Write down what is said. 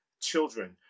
children